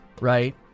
right